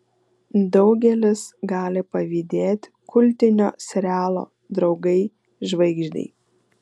daugelis gali pavydėti kultinio serialo draugai žvaigždei